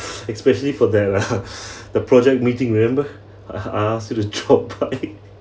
especially for that lah the project meeting remember uh I asked you to drop by